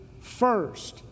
first